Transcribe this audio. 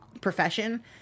profession